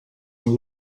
een